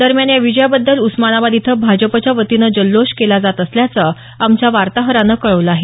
दरम्यान या विजया बद्दल उस्मानाबाद इथं भाजपच्या वतीनं जल्लोष केला जात असल्याचं आमच्या वार्ताहरानं कळवलं आहे